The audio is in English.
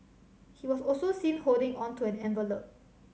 he was also seen holding on to an envelop